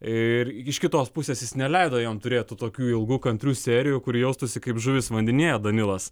ir iš kitos pusės jis neleido jam turėt tų tokių ilgų kantrių serijų kur jaustųsi kaip žuvis vandenyje danilas